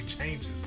changes